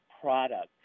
product